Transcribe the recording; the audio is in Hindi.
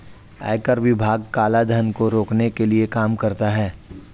आयकर विभाग काला धन को रोकने के लिए काम करता है